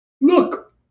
Look